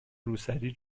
روسری